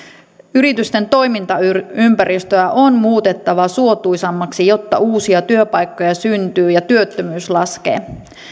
yritysten toimintaympäristöä on muutettava suotuisammaksi jotta uusia työpaikkoja syntyy ja työttömyys laskee